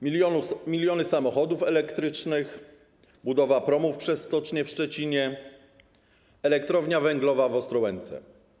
Miliony samochodów elektrycznych, budowa promów przez stocznię w Szczecinie, elektrownia węglowa w Ostrołęce.